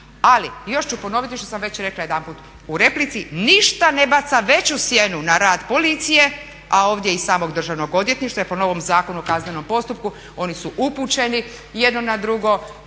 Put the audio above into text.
Ali, još ću ponoviti što sam već rekla jedanput u replici, ništa ne baca veću sjenu na rad policije a ovdje i samog Državnog odvjetništva jer po novom Zakonu o kaznenom postupku oni su upućeni jedno na drugo